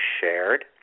shared